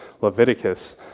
Leviticus